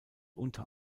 unter